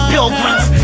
Pilgrims